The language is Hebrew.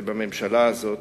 ובממשלה הזאת,